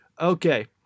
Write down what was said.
okay